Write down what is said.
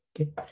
Okay